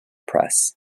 press